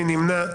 מי נמנע?